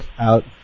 out